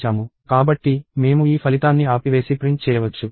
కాబట్టి మేము ఈ ఫలితాన్ని ఆపివేసి ప్రింట్ చేయవచ్చు